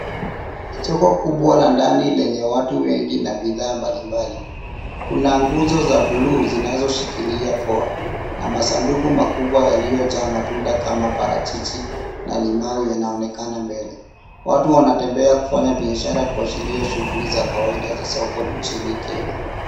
Soko kubwa la wazi lenye watu wengi na bidhaa mbalimbali. Kuna nguzo za buluu zinazoshikilia paa, na masanduku makubwa yaliyojaa matunda kama maparachichi na maembe yanayoonekana mbele. Watu wanatembea wakifanya biashara katika shughuli za kawaida za soko nchini Kenya.